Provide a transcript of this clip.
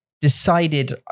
decided